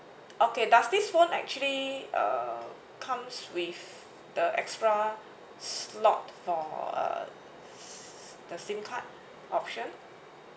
okay does this phone actually uh comes with the extra slot for uh the SIM card option